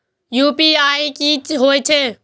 UPI की हेछे?